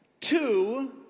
Two